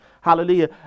Hallelujah